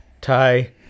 Ty